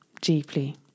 deeply